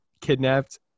kidnapped